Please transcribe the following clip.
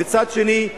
ומצד שני,